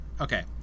okay